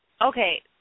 Okay